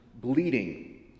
bleeding